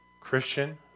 Christian